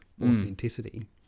authenticity